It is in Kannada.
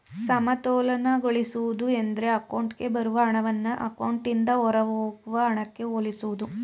ಸಮತೋಲನಗೊಳಿಸುವುದು ಎಂದ್ರೆ ಅಕೌಂಟ್ಗೆ ಬರುವ ಹಣವನ್ನ ಅಕೌಂಟ್ನಿಂದ ಹೊರಹೋಗುವ ಹಣಕ್ಕೆ ಹೋಲಿಸುವುದು